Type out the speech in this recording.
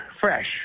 fresh